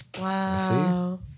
Wow